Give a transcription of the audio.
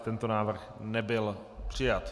Tento návrh nebyl přijat.